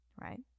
right